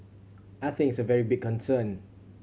I think it's a very big concern